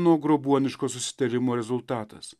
ano grobuoniško susitarimo rezultatas